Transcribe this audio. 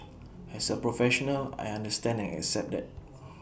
as A professional I understand and accept that